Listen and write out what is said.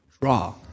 Draw